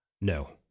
No